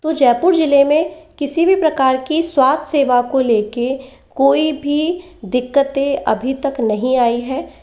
तो जयपुर जिले में किसी भी प्रकार की स्वास्थ्य सेवा को लेके कोई भी दिक्कतें अभी तक नहीं आई हैं